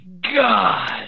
God